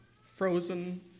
frozen